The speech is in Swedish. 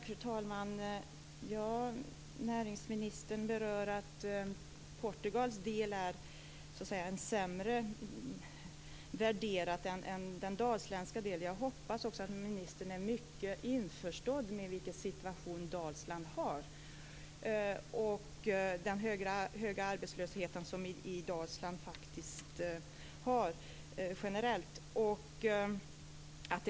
Fru talman! Näringsministern säger att Portugals del är sämre värderad än den dalsländska delen. Jag hoppas att ministern är mycket införstådd med vilken situation Dalsland har med en generellt hög arbetslöshet.